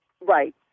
Right